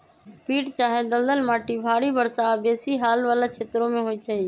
पीट चाहे दलदल माटि भारी वर्षा आऽ बेशी हाल वला क्षेत्रों में होइ छै